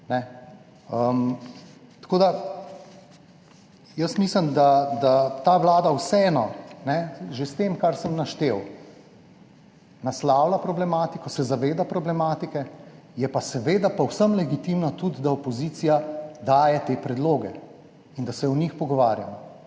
Tako da jaz mislim, da ta vlada vseeno že s tem, kar sem naštel, naslavlja problematiko, se zaveda problematike, je pa seveda povsem legitimno tudi, da opozicija daje te predloge in da se o njih pogovarjamo.